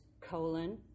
colon